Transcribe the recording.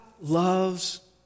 loves